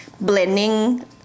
blending